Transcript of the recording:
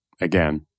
again